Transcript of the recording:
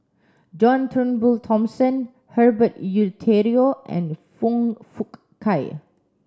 John Turnbull Thomson Herbert Eleuterio and Foong Fook Kay